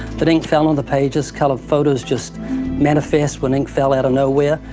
that ink fell on the pages? colored photos just manifest when ink fell out of nowhere?